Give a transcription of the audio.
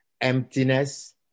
emptiness